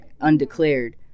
undeclared